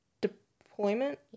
deployment